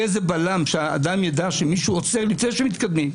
איזה בלם שאדם יידע שמישהו עוצר לפני שמתקדמים?